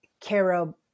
carob